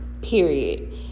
period